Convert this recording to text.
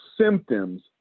symptoms